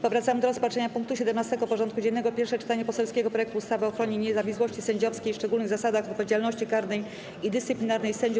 Powracamy do rozpatrzenia punktu 17. porządku dziennego: Pierwsze czytanie poselskiego projektu ustawy o ochronie niezawisłości sędziowskiej i szczególnych zasadach odpowiedzialności karnej i dyscyplinarnej sędziów.